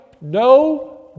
no